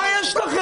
מה יש לכם?